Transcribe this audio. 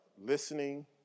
listening